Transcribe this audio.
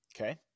Okay